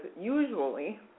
usually